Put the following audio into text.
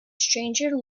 stranger